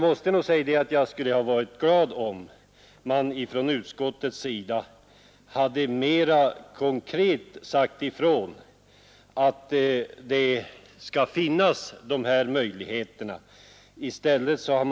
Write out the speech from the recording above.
Men jag skulle ha varit glad om man från utskottets sida hade mera konkret sagt ifrån att de här möjligheterna skall finnas.